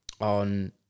on